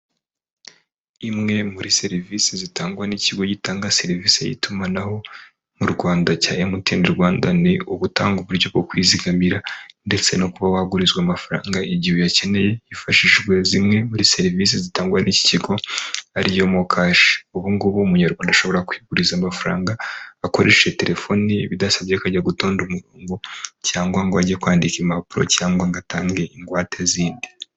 Imwe muri serivisi zitangwa n'ikigo gitanga serivisi y'itumanaho mu Rwanda cya MTN Rwanda, ni ugutanga uburyo bwo kwizigamira ndetse no kuba wagurizwa amafaranga igihe uyakeneye, hifashishijwe zimwe muri serivisi zitangwa n'iki kigo, ariyo mo kashi. Ubu ngubu umunyarwanda ashobora kwiguriza amafaranga akoresheje terefoni bidasabye kujya gutonda umurongo cyangwa ngo ajye kwandika impapuro cyangwa ngo atange ingwate zindi.